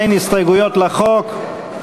אין הסתייגויות לחוק.